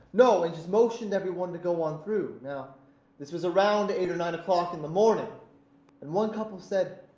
no, and just motioned everyone to go on through. now this was around eight or nine o'clock in the morning, and one couple said,